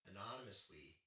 Anonymously